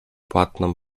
płatną